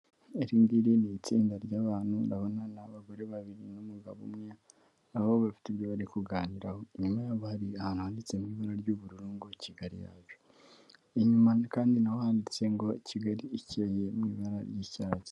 Iri ngiri ni itsinda ry'abantu, urabona ni abagore babiri n'umugabo umwe, aho bafite ibyo bari kuganiraho. Inyuma yabo hari ahantu handitse mu ibara ry'ubururu ngo: "Kigali yacu." Inyuma kandi na ho handitse ngo: "Kigali ikeye," mu ibara ry'icyatsi.